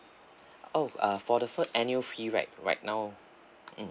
oh uh for the first annual fee right right now mm